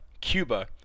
Cuba